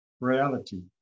reality